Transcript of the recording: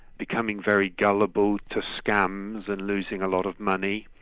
becoming very gullible to scams and losing a lot of money,